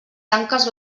tanques